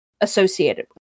associated